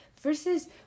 Versus